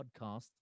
podcast